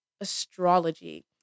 astrology